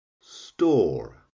store